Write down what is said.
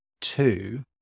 two